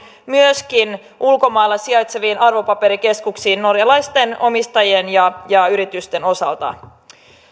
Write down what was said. malli myöskin ulkomailla sijaitseviin arvopaperikeskuksiin norjalaisten omistajien ja ja yritysten osalta